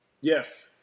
Yes